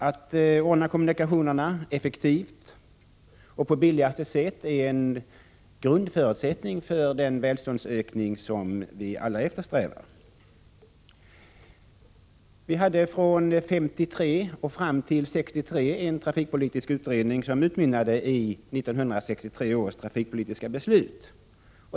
Det är en förutsättning för den välfärdsutveckling som vi alla eftersträvar att vi kan ordna kommunikationerna effektivt och på billigast möjligast sätt. Vi hade från 1953 fram till 1963 en trafikpolitisk utredning, som utmynnade i 1963 års trafikpolitiska beslut.